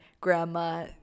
grandma